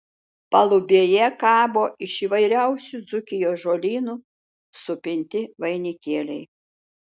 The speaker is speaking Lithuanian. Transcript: palubėje kabo iš įvairiausių dzūkijos žolynų supinti vainikėliai